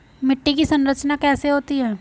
मिट्टी की संरचना कैसे होती है?